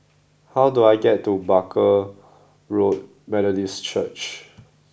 how do I get to Barker Road Methodist Church